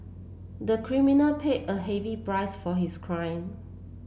the criminal paid a heavy price for his crime